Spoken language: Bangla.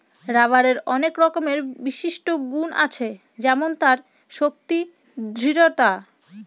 রবারের আনেক রকমের বিশিষ্ট গুন আছে যেমন তার শক্তি, দৃঢ়তা